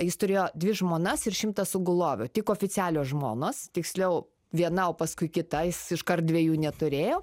jis turėjo dvi žmonas ir šimtą sugulovių tik oficialios žmonos tiksliau viena o paskui kita jis iškart dviejų neturėjo